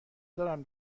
دارم